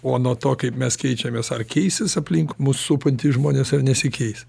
o nuo to kaip mes keičiamės ar keisis aplink mus supantys žmonės ar nesikeis